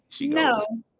No